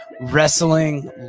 wrestling